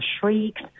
shrieks